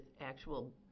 actual